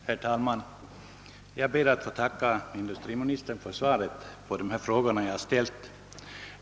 Herr talman! Jag ber att få tacka industriministern för svaret på de frågor jag har ställt.